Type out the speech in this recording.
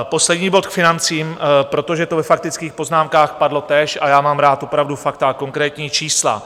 Poslední bod k financím, protože to ve faktických poznámkách padlo též, a já mám rád opravdu fakta a konkrétní čísla.